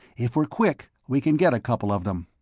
if we're quick, we can get a couple of them.